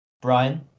Brian